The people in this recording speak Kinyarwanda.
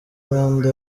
manda